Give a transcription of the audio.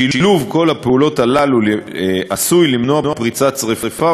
שילוב כל הפעולות הללו עשוי למנוע פריצת שרפה,